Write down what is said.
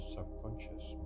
subconscious